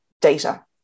data